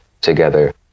together